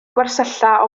gwersylla